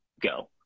go